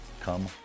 come